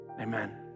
Amen